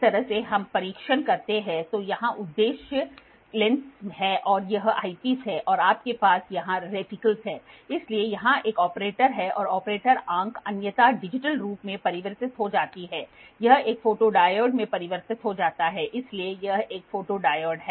तो इस तरह से हम परीक्षण करते हैं तो यहां उद्देश्य लेंस है यह ऐपिस है और आपके यहां रेटिकल्स हैं इसलिए यहां एक ऑपरेटर है और ऑपरेटर आंख अन्यथा डिजिटल रूप में परिवर्तित हो जाती है यह एक फोटोडायोड में परिवर्तित हो जाता है इसलिए यह एक फोटोडायोड है